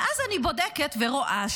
ואז אני בודקת ורואה,